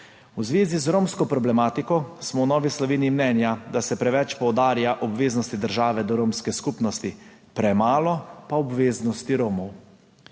V zvezi z romsko problematiko smo v Novi Sloveniji mnenja, da se preveč poudarja obveznosti države do romske skupnosti, premalo pa obveznosti Romov.